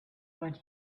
what